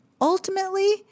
ultimately